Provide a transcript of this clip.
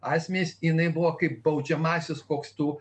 asmenys jinai buvo kaip baudžiamąsias koks tų